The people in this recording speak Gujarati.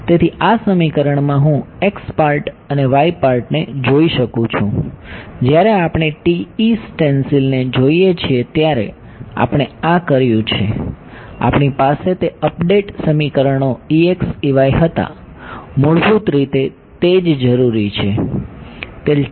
તેથી આ સમીકરણમાં હું x પાર્ટ અને y પાર્ટને જોઈ શકું છું જ્યારે આપણે TE સ્ટેન્સિલને જોઈએ છીએ ત્યારે આપણે આ કર્યું છે આપણી પાસે તે અપડેટ સમીકરણો હતા મૂળભૂત રીતે તે જ જરૂરી છે